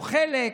או חלק,